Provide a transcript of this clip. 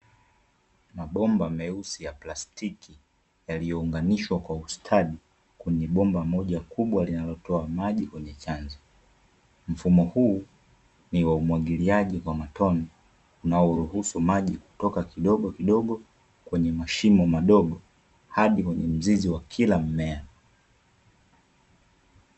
Mabomba meusi ya plastiki, yaliyounganishwa kwa ustadi kwenye bomba moja kubwa linalotoa maji kwenye chanzo, mfumo huu ni wa umwagiliaji kwa matone, unaoruhusu maji kutoka kidogo kidogo kwenye mashimo madogo hadi kwenye mzizi wa kila mmea .